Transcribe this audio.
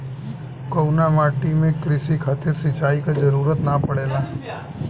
कउना माटी में क़ृषि खातिर सिंचाई क जरूरत ना पड़ेला?